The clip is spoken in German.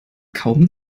kaum